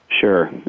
Sure